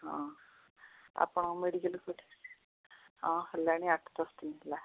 ହଁ ଆପଣଙ୍କ ମେଡ଼ିକାଲ୍ କେଉଁଠି ହଁ ହେଲାଣି ଆଠ ଦଶ ଦିନ ହେଲା